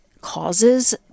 causes